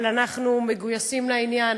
אבל אנחנו מגויסים לעניין,